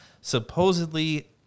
supposedly